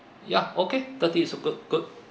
ya okay thirty is a good good